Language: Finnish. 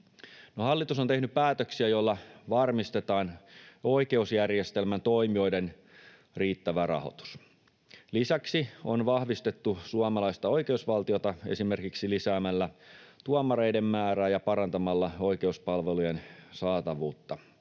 hallitus on tehnyt päätöksiä, joilla varmistetaan oikeusjärjestelmän toimijoiden riittävä rahoitus. Lisäksi on vahvistettu suomalaista oikeusvaltiota esimerkiksi lisäämällä tuomareiden määrää ja parantamalla oikeuspalvelujen saatavuutta